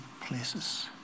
places